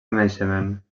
renaixement